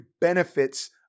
benefits